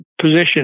position